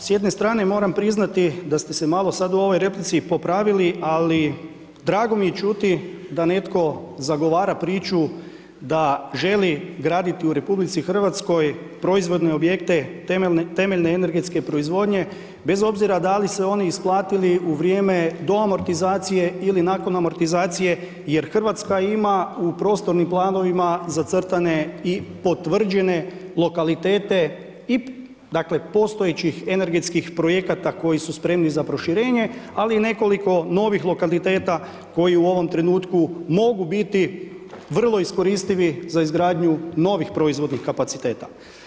Pa, s jedne strane moram priznati, da ste se malo sad u ovoj replici popravili, ali drago mi je čuti da netko zagovara priču da želi graditi u RH proizvoljne objekte temeljne energetske proizvodnje, bez obzira da li se oni isplatili u vrijeme do amortizacije ili nakon amortizacije, jer Hrvatska ima u prostornim planovima zacrtane i potvrđene lokalitete i postojećih energetskih projekata koji su spremni za proširenje, ali i nekoliko novih lokaliteta, koji u ovom trenutku, mogu biti vrlo iskoristivi za izgradnju novih proizvodnih kapaciteta.